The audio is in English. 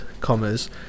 commas